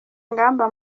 ngamba